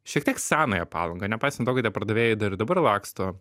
šiek tiek senąją palangą nepaisan to kad tie pardavėjai dar ir dabar laksto